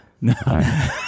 No